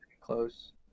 close